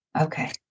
Okay